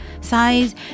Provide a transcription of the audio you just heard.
size